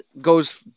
goes